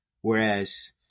whereas